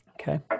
Okay